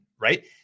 right